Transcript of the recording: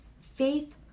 faith